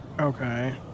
okay